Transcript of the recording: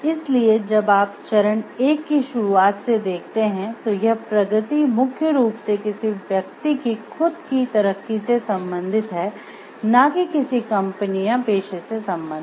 इसलिए जब आप चरण 1 की शुरुआत से देखते है तो यह प्रगति मुख्य रूप से किसी व्यक्ति की खुद की तरक्की से सम्बंधित है ना कि किसी कंपनी या पेशे से सम्बंधित